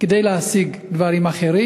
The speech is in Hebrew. כדי להשיג דברים אחרים,